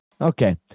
Okay